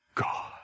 God